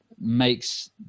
makes